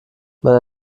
man